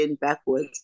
backwards